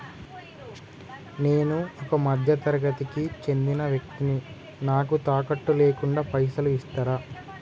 నేను ఒక మధ్య తరగతి కి చెందిన వ్యక్తిని నాకు తాకట్టు లేకుండా పైసలు ఇస్తరా?